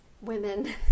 women